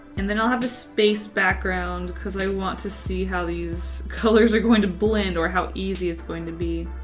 and then i'll have a space background because i want to see how these colors are going to blend, or how easy it's going to be.